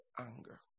anger